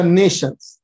nations